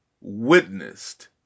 witnessed